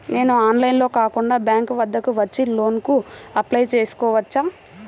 నేను ఆన్లైన్లో కాకుండా బ్యాంక్ వద్దకు వచ్చి లోన్ కు అప్లై చేసుకోవచ్చా?